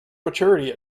maturity